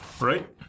right